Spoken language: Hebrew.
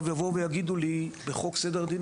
עכשיו יבואו ויגידו לי שבחוק סדר הדין